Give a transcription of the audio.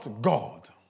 God